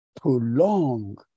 prolong